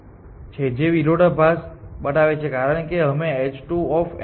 તેથી મારી પાસે f g2 h1 છે N એ નોડ છે જે પસંદ કર્યો નથી આ કારણે આપણે તેને અસમાનતામાં લખીએ છીએ